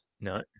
No